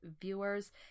viewers